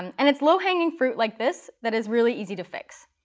um and it's low-hanging fruit like this that is really easy to fix.